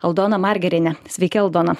aldona margeriene sveiki aldona